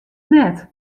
net